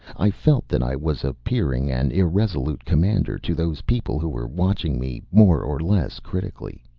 i felt that i was appearing an irresolute commander to those people who were watching me more or less critically.